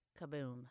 Kaboom